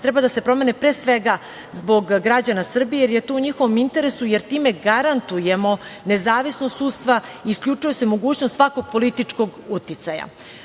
treba da se promene pre svega zbog građana Srbije, jer je to u njihovom interesu, jer time garantujemo nezavisnost sudstva, isključuje se mogućnost svakog političkog